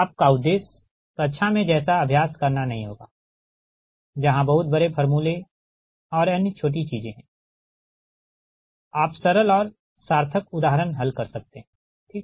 आपका उद्देश्य कक्षा में जैसा अभ्यास करना नहीं होगा जहाँ बहुत बड़े फार्मूले और अन्य छोटी चीजें हैं आप सरल और सार्थक उदाहरण हल कर सकते है ठीक